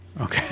Okay